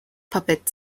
puppet